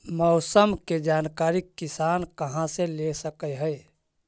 मौसम के जानकारी किसान कहा से ले सकै है?